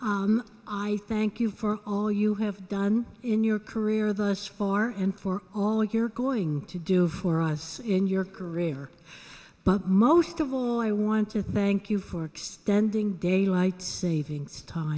this i thank you for all you have done in your career thus far in for all you're going to do for us in your career but most of all i want to thank you for spending daylight savings time